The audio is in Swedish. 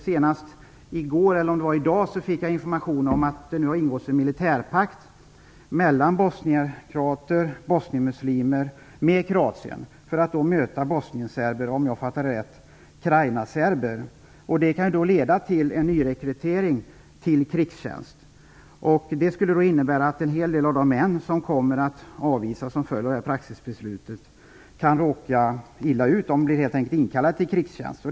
Senast i går, eller om det var i dag, fick jag information om att det nu har ingåtts en militärpakt mellan bosnien-kroater, bosnien-muslimer och Kroatien för att möta bosnien-serber och, om jag har fattat det rätt, krajina-serber. Det kan leda till en nyrekrytering till krigstjänst. Det skulle innebära att en hel del av de män som kommer att avvisas som följd av det här praxisbeslutet kan råka illa ut. De kan helt enkelt bli inkallade till krigstjänst.